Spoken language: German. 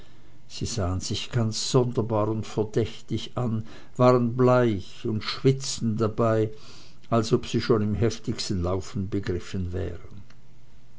sie sahen sich ganz sonderbar und verdächtig an waren bleich und schwitzten dabei als ob sie schon im heftigsten laufen begriffen wären